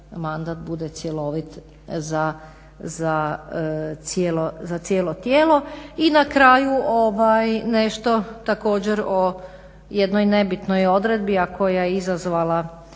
mandat bude cjelovit za cijelu tijelo. I na kraju nešto također o jednoj nebitnoj odredbi a koja je izazvala